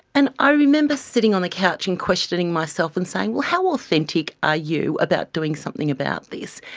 and i remember sitting on the couch and questioning myself and saying, well, how authentic are you about doing something about this,